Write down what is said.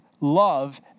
love